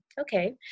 okay